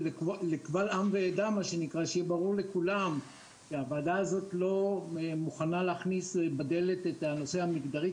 לכולם שהוועדה לא מוכנה להכניס בדלת את הנושא המגדרי,